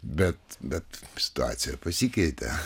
bet bet situacija pasikeitė